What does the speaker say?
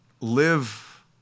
live